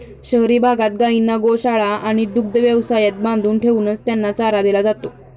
शहरी भागात गायींना गोशाळा आणि दुग्ध व्यवसायात बांधून ठेवूनच त्यांना चारा दिला जातो